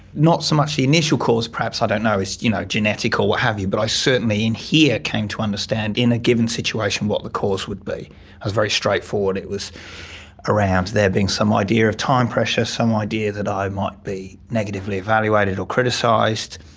not so much the initial cause perhaps, i don't know, it's you know genetic or what have you, but i certainly in here came to understand in a given situation what the cause would be, it was very straightforward, it was around there being some idea of time pressure, some idea that i might be negatively evaluated or criticised,